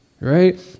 Right